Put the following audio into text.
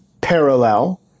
parallel